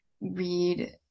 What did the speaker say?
read